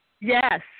Yes